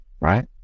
right